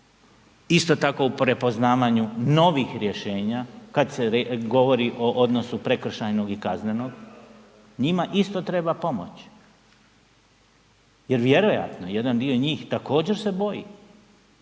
Isto tako u prepoznavanju novih rješenja kad se govori o odnosu prekršajnog i kaznenog, njima isto treba pomoć jer vjerojatno jedan dio njih također se boji.